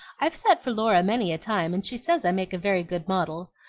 i've sat for laura many a time, and she says i make a very good model.